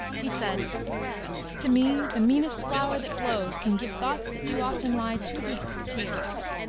he said to me the meanest flower that blows can give thoughts that do often lie too deep for tears.